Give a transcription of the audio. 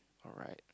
alright